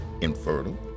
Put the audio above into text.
infertile